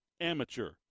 amateur